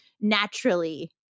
naturally